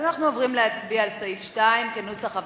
אני קובעת שסעיף 2 עבר כנוסח הוועדה.